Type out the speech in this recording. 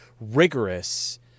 rigorous